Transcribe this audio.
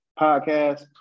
podcast